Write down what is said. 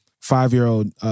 five-year-old